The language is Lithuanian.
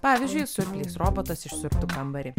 pavyzdžiui siurblys robotas išsiurbtų kambarį